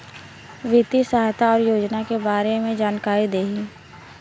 वित्तीय सहायता और योजना के बारे में जानकारी देही?